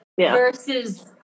Versus